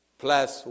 plus